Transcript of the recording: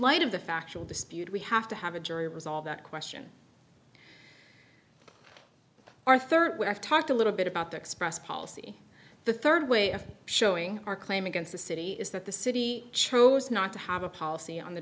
light of the factual dispute we have to have a jury was all that question or third when i've talked a little bit about the express policy the third way of showing our claim against the city is that the city chose not to have a policy on the